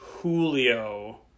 Julio